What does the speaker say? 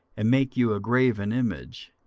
and make you a graven image,